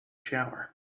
shower